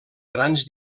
grans